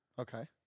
Okay